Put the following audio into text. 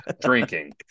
Drinking